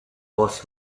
was